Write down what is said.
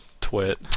twit